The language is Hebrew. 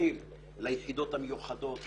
כאזרחים ליחידות המיוחדות,